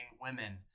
women